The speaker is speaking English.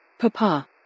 Papa